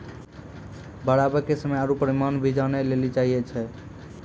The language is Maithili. बाढ़ आवे के समय आरु परिमाण भी जाने लेली चाहेय छैय?